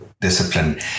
discipline